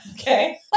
Okay